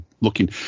looking